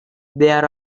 there